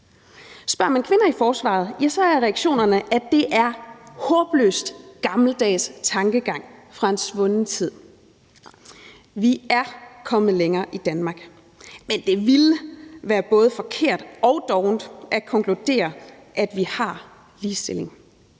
Spørger man kvinder i forsvaret, er reaktionerne, at det er en håbløs gammeldags tankegang fra en svunden tid. Vi er kommet længere i Danmark. Men det ville være både forkert og dovent at konkludere, at vi har ligestilling,